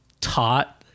taught